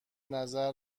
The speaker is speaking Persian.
نظر